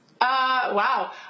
Wow